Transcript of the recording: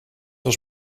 als